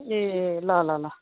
ए ल ल ल